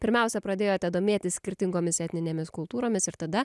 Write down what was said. pirmiausia pradėjote domėtis skirtingomis etninėmis kultūromis ir tada